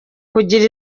kugira